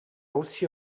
aussi